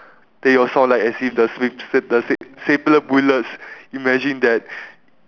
then it will sound like as if the sta~ stapler sta~ stapler bullets imagine that